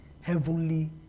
heavenly